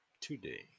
Today